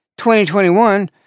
2021